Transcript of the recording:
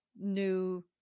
new